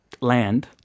land